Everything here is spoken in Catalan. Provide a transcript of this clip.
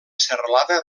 serralada